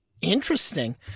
Interesting